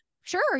sure